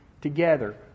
together